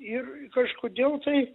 ir kažkodėl tai